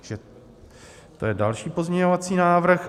To je další pozměňovací návrh.